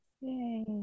Yay